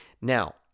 Now